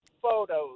photos